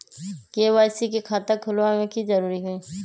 KYC के खाता खुलवा में की जरूरी होई?